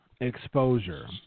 exposure